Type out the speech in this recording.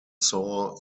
sour